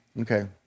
Okay